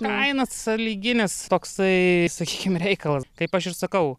kaina sąlyginis toksai sakykim reikalas kaip aš ir sakau